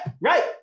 right